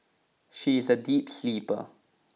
she is a deep sleeper